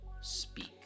speak